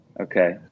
Okay